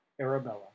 Arabella